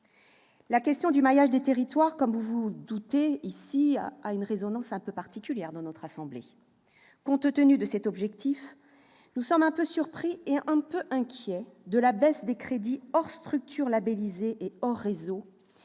la question du maillage des territoires a une résonance particulière dans notre assemblée. Compte tenu de cet objectif, nous sommes un peu surpris et inquiets de la baisse des crédits, hors structures labellisées et hors réseau,